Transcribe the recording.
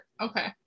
Okay